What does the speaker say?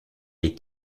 est